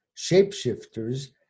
shapeshifters